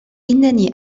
إنني